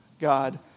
God